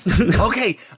okay